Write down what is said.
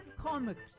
comics